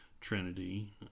trinity